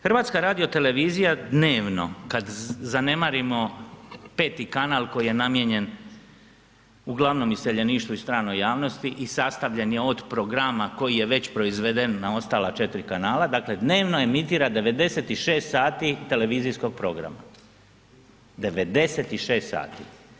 HRT dnevno kada zanemarimo 5. kanal koji je namijenjen uglavnom iseljeništvu i stranoj javnosti i sastavljen je od programa koji je već proizveden na ostala 4 kanala, dakle dnevno emitira 96 sati televizijskog programa, 96 sati.